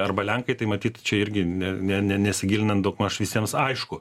arba lenkai tai matyt čia irgi ne ne ne nesigilinant daugmaž visiems aišku